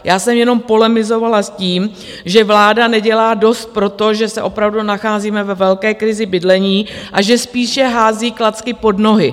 Já jsem jenom polemizovala s tím, že vláda nedělá dost pro to, že se opravdu nacházíme ve velké krizi bydlení, a že spíše hází klacky pod nohy.